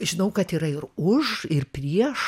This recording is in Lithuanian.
žinau kad yra ir už ir prieš